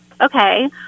okay